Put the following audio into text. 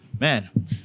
man